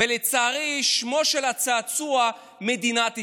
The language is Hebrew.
ולצערי שמו של הצעצוע מדינת ישראל.